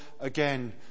again